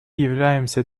являемся